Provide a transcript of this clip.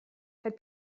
had